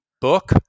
book